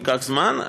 הוא ייקח זמן.